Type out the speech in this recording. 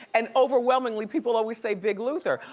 and, overwhelmingly, people always say big luther.